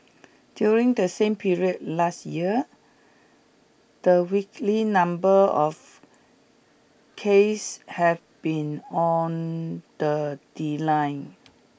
during the same period last year the weekly number of case have been on the